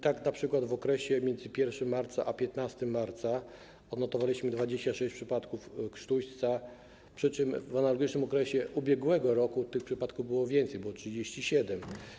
Tak np. w okresie między 1 marca a 15 marca odnotowaliśmy 26 przypadków krztuśca, przy czym w analogicznym okresie ubiegłego roku tych przypadków było więcej, bo było ich 37.